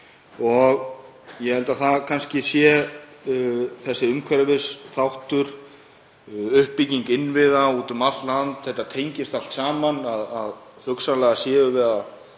Ég held að kannski sé það þessi umhverfisþáttur, uppbygging innviða úti um allt land, þetta tengist allt saman, að hugsanlega séum við að